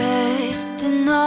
Resting